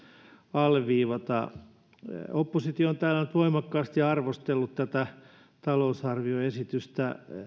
alleviivata oppositio on täällä voimakkaasti arvostellut tätä talousarvioesitystä